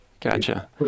Gotcha